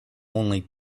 only